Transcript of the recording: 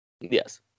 Yes